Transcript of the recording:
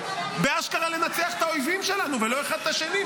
באשכרה לנצח את האויבים שלנו ולא אחד את השני.